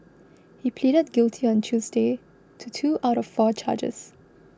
he pleaded guilty on Tuesday to two out of four charges